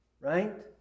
right